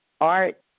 Art